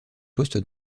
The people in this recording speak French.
poste